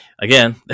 again